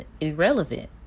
irrelevant